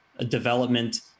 development